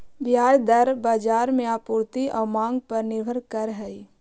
ब्याज दर बाजार में आपूर्ति आउ मांग पर निर्भर करऽ हइ